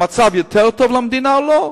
המצב יותר טוב למדינה או לא?